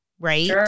Right